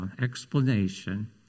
explanation